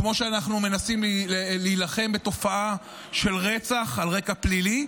כמו שאנחנו מנסים להילחם בתופעה של רצח על רקע פלילי,